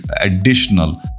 additional